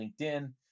LinkedIn